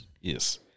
Yes